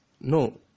No